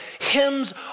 hymns